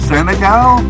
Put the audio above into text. Senegal